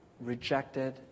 rejected